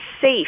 safe